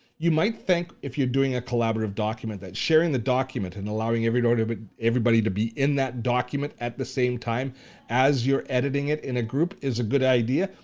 you might think, if you're doing a collaborative document, that sharing the document and allowing everybody but everybody to be in that document at the same time as you're editing it in a group is a good idea.